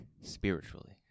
Spiritually